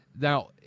Now